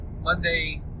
Monday